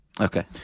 Okay